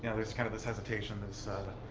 there's kind of this hesitation, this ah, and